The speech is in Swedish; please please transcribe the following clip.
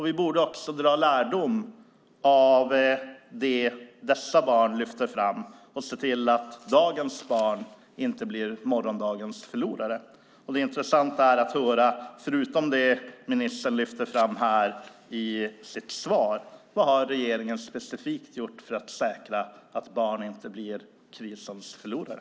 Vi borde också dra lärdom av det som dessa barn lyfter fram och se till att dagens barn inte blir morgondagens förlorare. Det intressanta är att höra, förutom det ministern lyfter fram här i sitt svar: Vad har regeringen specifikt gjort för att säkra att barn inte blir krisens förlorare?